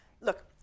Look